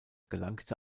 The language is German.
gelangte